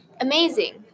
Amazing